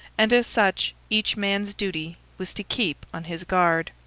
and as such each man's duty was to keep on his guard.